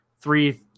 three